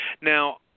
Now